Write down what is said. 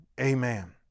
Amen